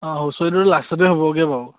অঁ হুঁচৰিটো লাষ্টতে হ'বগৈ বাৰু